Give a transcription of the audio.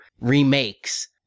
remakes